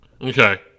Okay